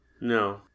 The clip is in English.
No